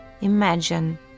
Imagine